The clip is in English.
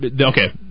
Okay